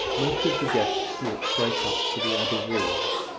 most of the guests walked straight up to the abbey walls,